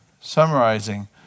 summarizing